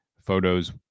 photos